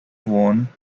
worn